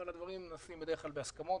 אבל הדברים נעשים בדרך כלל בהסכמות,